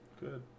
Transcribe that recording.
good